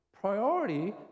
Priority